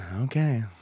okay